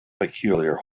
peculiar